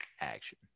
action